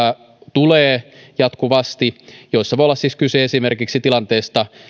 tulee jatkuvasti joissa voi olla siis kyse esimerkiksi tilanteesta